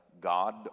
god